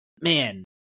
man